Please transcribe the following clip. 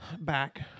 Back